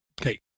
Okay